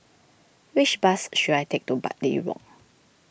which bus should I take to Bartley Walk